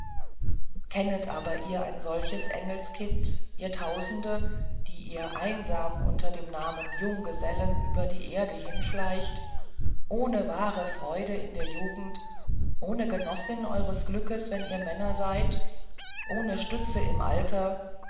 kennet aber ihr ein solches engelskind ihr tausende die ihr einsam unter dem namen junggesellen über die erde hinschleicht ohne wahre freude in der jugend ohne genossin eures glückes wenn ihr männer seid ohne stütze im alter wißt